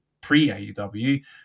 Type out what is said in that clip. pre-AEW